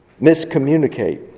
miscommunicate